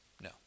No